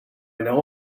know